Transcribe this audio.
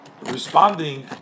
responding